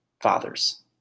fathers